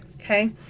Okay